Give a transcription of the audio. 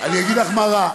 מה רע, אני אגיד לך מה רע.